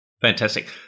Fantastic